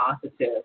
positive